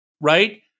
right